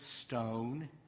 stone